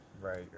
right